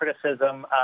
criticism